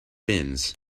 bins